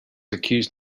accused